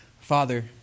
Father